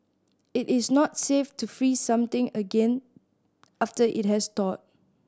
it is not safe to freeze something again after it has thawed